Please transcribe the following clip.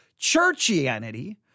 churchianity